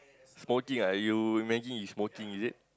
smoking ah you imagining you smoking is it